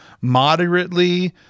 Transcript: moderately